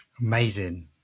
Amazing